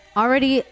already